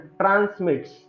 transmits